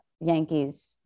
Yankees